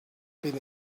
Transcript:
been